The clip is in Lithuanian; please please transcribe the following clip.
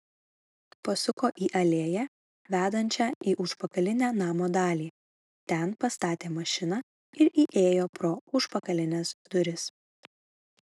pasuko į alėją vedančią į užpakalinę namo dalį ten pastatė mašiną ir įėjo pro užpakalines duris